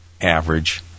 average